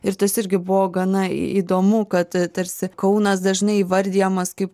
ir tas irgi buvo gana įdomu kad tarsi kaunas dažnai įvardijamas kaip